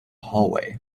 hallway